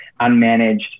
unmanaged